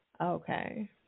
Okay